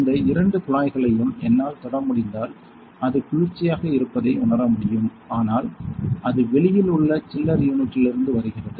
இந்த இரண்டு குழாய்களையும் என்னால் தொட முடிந்தால் அது குளிர்ச்சியாக இருப்பதை உணர முடியும் ஆனால் அது வெளியில் உள்ள சில்லர் யூனிட்டிலிருந்து வருகிறது